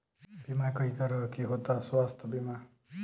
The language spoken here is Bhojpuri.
बीमा कई तरह के होता स्वास्थ्य बीमा?